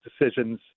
decisions